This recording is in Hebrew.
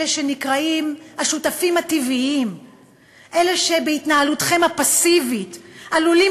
אלה שנקראים "השותפים הטבעיים"; אלה שבהתנהלותכם הפסיבית עלולים